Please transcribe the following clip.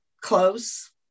close